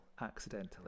accidentally